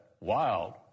wild